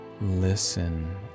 Listen